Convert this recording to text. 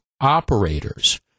operators